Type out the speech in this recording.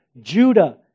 Judah